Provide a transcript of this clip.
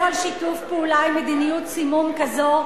על שיתוף פעולה עם מדיניות סימון כזו,